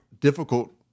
difficult